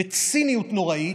בציניות נוראית,